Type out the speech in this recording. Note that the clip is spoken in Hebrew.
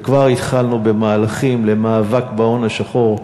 וכבר התחלנו במהלכים למאבק בהון השחור,